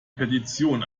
petition